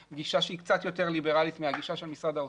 גישה שהיא קצת יותר ליברלית מהגישה של משרד האוצר,